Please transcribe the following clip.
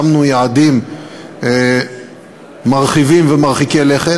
שמנו יעדים מרחיבים ומרחיקי לכת,